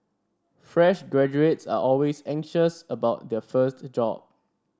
fresh graduates are always anxious about their first job